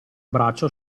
braccio